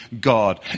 God